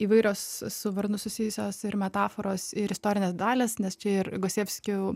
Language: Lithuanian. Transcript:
įvairios su varnu susijusios ir metaforos ir istorinės dalys nes čia ir gosievskių